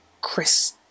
Chris